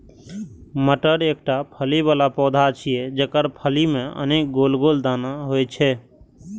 मटर एकटा फली बला पौधा छियै, जेकर फली मे अनेक गोल गोल दाना होइ छै